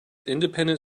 independent